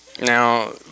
now